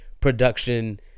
production